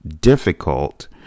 difficult